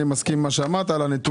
אני מסכים עם מה שאמרת על הנתונים.